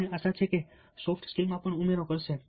મને આશા છે કે તે સોફ્ટ સ્કિલ્સમાં પણ ઉમેરો કરશે